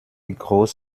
groß